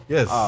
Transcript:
Yes